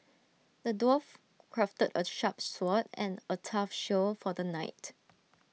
the dwarf crafted A sharp sword and A tough shield for the knight